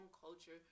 culture